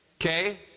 Okay